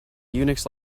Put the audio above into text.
unix